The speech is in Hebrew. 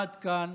עד כאן,